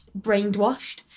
brainwashed